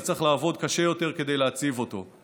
אז צריך לעבוד קשה יותר כדי להציב אותו.